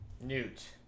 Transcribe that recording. Newt